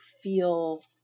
feel